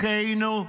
אחינו?